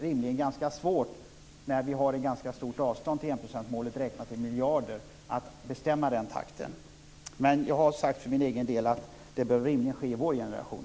Rimligen är det, med tanke på det ganska stora avståndet till enprocentsmålet räknat i miljarder, ganska svårt att bestämma den takten. För min egen del har jag sagt att det rimligen bör ske under vår generation.